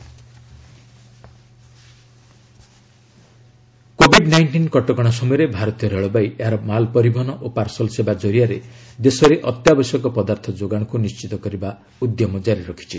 railway essential commodity covid nineteen କଟକଣା ସମୟରେ ଭାରତୀୟ ରେଳବାଇ ଏହାର ମାଲପରିବହନ ଓ ପାର୍ସଲ ସେବା ଜରିଆରେ ଦେଶରେ ଅତ୍ୟାବଶ୍ୟକ ପଦାର୍ଥ ଯୋଗାଣକୁ ନିଶ୍ଚିତ କରିବା ଉଦ୍ୟମ ଜାରି ରଖିଛି